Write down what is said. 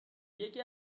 یکی